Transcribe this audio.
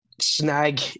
snag